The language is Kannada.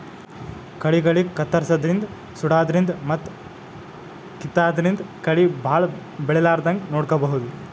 ಕಳಿಗಳಿಗ್ ಕತ್ತರ್ಸದಿನ್ದ್ ಸುಡಾದ್ರಿನ್ದ್ ಮತ್ತ್ ಕಿತ್ತಾದ್ರಿನ್ದ್ ಕಳಿ ಭಾಳ್ ಬೆಳಿಲಾರದಂಗ್ ನೋಡ್ಕೊಬಹುದ್